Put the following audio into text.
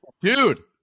Dude